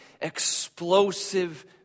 explosive